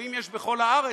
מושבים יש בכל הארץ,